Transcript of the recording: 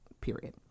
period